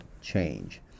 change